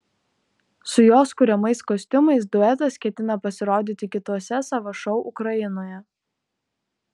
su jos kuriamais kostiumais duetas ketina pasirodyti kituose savo šou ukrainoje